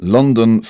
London